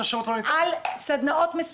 מה זה מבחן תמיכה?